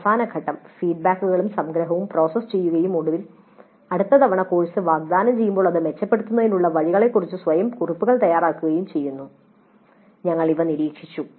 അവസാന ഘട്ടം ഫീഡ്ബാക്കുകളും സംഗ്രഹവും പ്രോസസ്സ് ചെയ്യുകയും ഒടുവിൽ അടുത്ത തവണ കോഴ്സ് വാഗ്ദാനം ചെയ്യുമ്പോൾ അത് മെച്ചപ്പെടുത്തുന്നതിനുള്ള വഴികളെക്കുറിച്ച് സ്വയം കുറിപ്പുകൾ തയ്യാറാക്കുകയും ചെയ്യുന്നു ഞങ്ങൾ ഇവ നിരീക്ഷിച്ചു